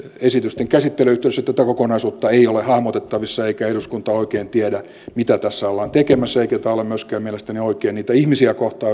esitysten käsittelyn yhteydessä tätä kokonaisuutta ei ole hahmotettavissa eikä eduskunta oikein tiedä mitä tässä ollaan tekemässä eikä tämä ole myöskään mielestäni oikein niitä ihmisiä kohtaan